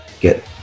get